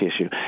issue